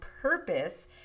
purpose